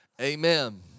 Amen